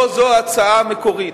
לא זו ההצעה המקורית.